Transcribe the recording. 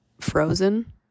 frozen